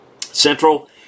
Central